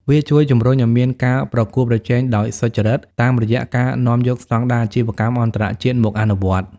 វាជួយជំរុញឱ្យមានការប្រកួតប្រជែងដោយសុច្ចរិត តាមរយៈការនាំយកស្ដង់ដារអាជីវកម្មអន្តរជាតិមកអនុវត្ត។